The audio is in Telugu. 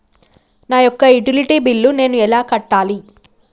నా యొక్క యుటిలిటీ బిల్లు నేను ఎలా కట్టాలి?